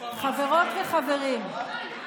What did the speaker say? חברות וחברים, אתם הזויים.